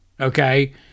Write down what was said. Okay